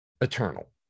Eternal